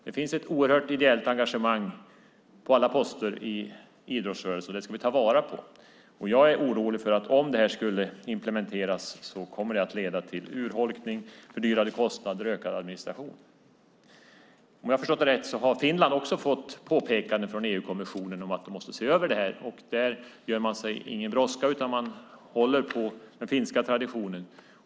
Det finns ett oerhört ideellt engagemang på alla poster i idrottsrörelsen. Det ska vi ta vara på. Jag är orolig för att om det här implementeras kommer det att leda till urholkning, fördyrade kostnader och ökad administration. Om jag har förstått det rätt har Finland också fått påpekanden från EU-kommissionen om att de måste se över det här. Där gör man sig ingen brådska. Man håller på den finska traditionen.